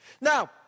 Now